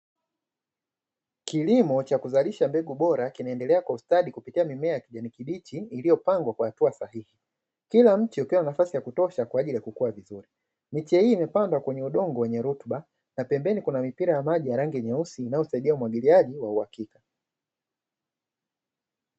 Kilimo cha kuzalisha mbegu bora, kinaendelea kwa ustadi kupitia mimea ya kijani kibichi iliyopangwa kwa hatua sahihi, kila mche ukiwa na nafasi ya kutosha kwa ajili ya kukua vizuri. Miche hii imepandwa kwenye udongo wenye rutuba, na pembeni kuna mipira ya maji ya rangi nyeusi, inayosaidia umwagiliaji wa uhakika.